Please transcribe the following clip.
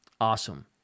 Awesome